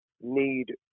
need